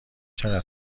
چقدر